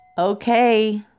Okay